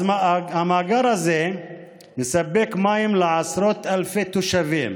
המאגר הזה מספק מים לעשרות אלפי תושבים